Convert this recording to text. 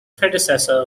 predecessor